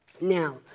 Now